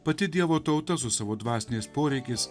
pati dievo tauta su savo dvasiniais poreikiais